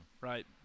Right